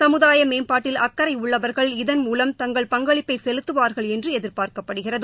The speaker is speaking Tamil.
கமுதாயமேம்பாட்டில் அக்கறையுள்ளவர்கள் இதன்மூலம் தங்கள் பங்களிப்பைசெலுத்துவார்கள் என்றுஎதிர்பார்க்கப்படுகிறது